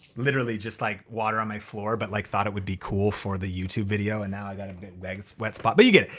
literally just like water on my floor. but like thought it would be cool for the youtube video and now i've got um a wet spot, but you get it.